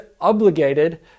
obligated